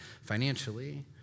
financially